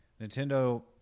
nintendo